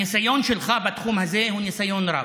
הניסיון שלך בתחום הזה הוא ניסיון רב.